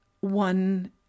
one